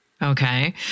Okay